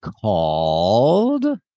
called